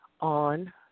on